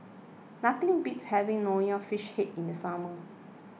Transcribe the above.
nothing beats having Nonya Fish Head in the summer